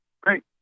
Great